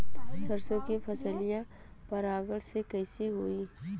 सरसो के फसलिया परागण से कईसे होई?